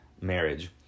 marriage